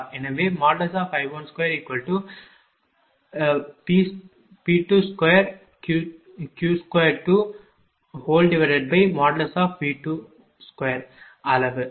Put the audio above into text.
எனவே I1P2 jQV2 எனவே I12P22Q2V22 அளவு